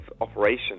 operation